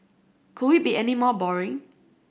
could we be any more boring